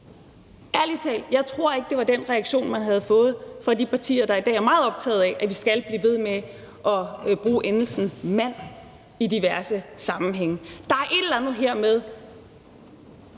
Ærlig talt tror jeg ikke, det var den reaktion, man havde fået fra de partier, der i dag er meget optaget af, at vi skal blive ved med at bruge endelsen -mand i diverse sammenhænge. Der er en kønnet